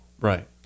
Right